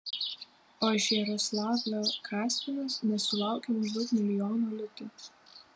o iš jaroslavlio kaspinas nesulaukė maždaug milijono litų